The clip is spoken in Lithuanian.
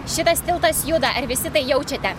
šitas tiltas juda ar visi tai jaučiate